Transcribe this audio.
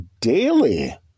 daily